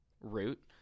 Root